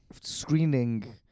screening